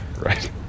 right